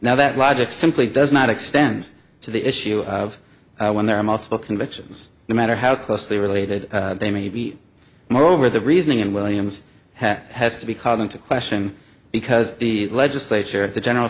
now that logic simply does not extend to the issue of when there are multiple convictions no matter how closely related they may be moreover the reasoning in williams has to be called into question because the legislature of the general